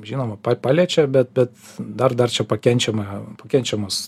žinoma pa paliečia bet bet dar dar čia pakenčiama pakenčiamos